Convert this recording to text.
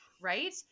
right